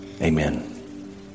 Amen